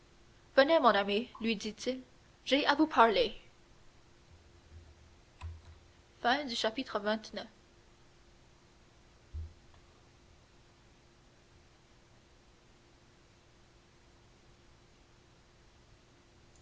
mon ami lui dit-il j'ai à vous parler